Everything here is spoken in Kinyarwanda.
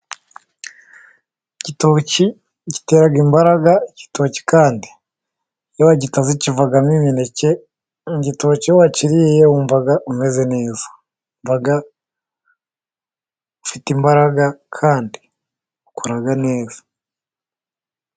Igitoki gitera imbaraga, igitoki kandi iyo wagitaze kivamo imineke, igitoki iyo wakiriye wumva umeze neza ,ufite imbaraga kandi ukora neza.